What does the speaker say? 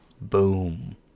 boom